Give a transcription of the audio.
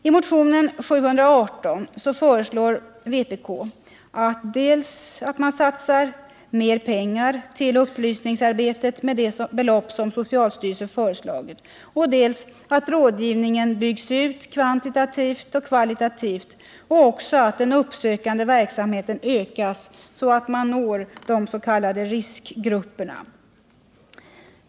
I motionen 718 föreslår vpk dels att mer pengar anslås till upplysningsarbetet, nämligen det belopp som socialstyrelsen föreslagit, dels att rådgivningen byggs ut kvalitativt och kvantitativt och att den uppsökande verksamheten ökas så att man når de s.k. riskgrupperna.